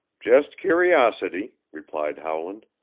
just curiosity, replied howland,